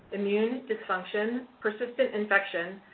immune dysfunction, persistent infection,